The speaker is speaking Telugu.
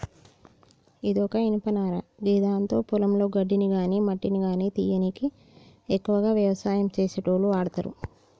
ఇది ఒక ఇనుపపార గిదాంతో పొలంలో గడ్డిని గాని మట్టిని గానీ తీయనీకి ఎక్కువగా వ్యవసాయం చేసేటోళ్లు వాడతరు